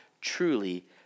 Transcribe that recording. truly